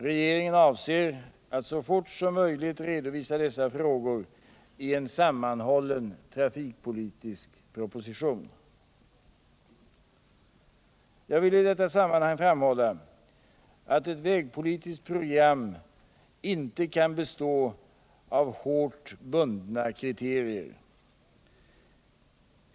Regeringen avser att så fort som möjligt redovisa dessa frågor i en sammanhållen trafikpolitisk proposition. Jag vill emellertid i detta sammanhang framhålla att ett vägpolitiskt program inte kan bestå av hårt bundna kriterier.